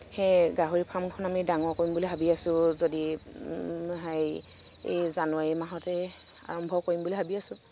সেই গাহৰি ফাৰ্মখন আমি ডাঙৰ কৰিম বুলি ভাবি আছো যদি হেৰি এই জানুৱাৰি মাহতে আৰম্ভ কৰিম বুলি ভাবি আছো